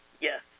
Yes